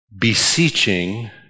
beseeching